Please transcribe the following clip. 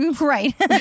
Right